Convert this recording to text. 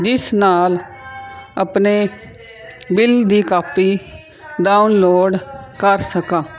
ਜਿਸ ਨਾਲ ਆਪਣੇ ਬਿੱਲ ਦੀ ਕਾਪੀ ਡਾਊਨਲੋਡ ਕਰ ਸਕਾਂ